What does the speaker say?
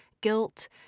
guilt